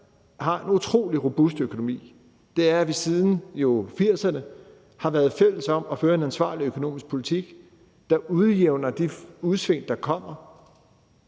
har en utrolig robust økonomi, er, at vi siden 1980'erne har været fælles om at føre en ansvarlig økonomisk politik, der udjævner de udsving, der kommer.